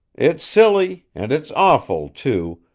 it's silly, and it's awful, too,